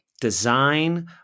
design